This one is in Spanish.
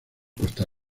costa